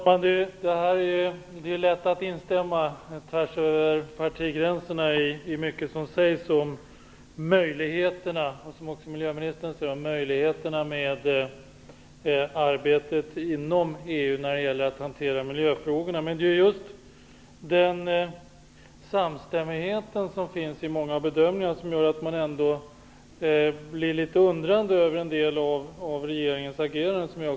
Fru talman! Det är lätt att instämma tvärs över partigränserna i mycket som sägs om möjligheterna till arbete inom EU när det gäller miljöfrågorna. Det finns ändå en samstämmighet i många bedömningar. Man blir därför litet undrande inför regeringens agerande.